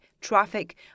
traffic